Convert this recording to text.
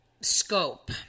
scope